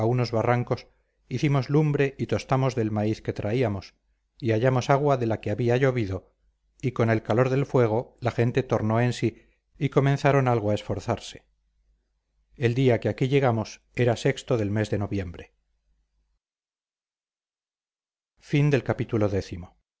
unos barrancos hicimos lumbre y tostamos del maíz que traíamos y hallamos agua de la que había llovido y con el calor del fuego la gente tornó en sí y comenzaron algo a esforzarse el día que aquí llegamos era sexto del mes de noviembre